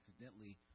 accidentally